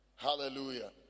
Hallelujah